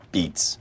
Beats